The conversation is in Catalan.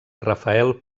rafael